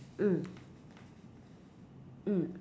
mm mm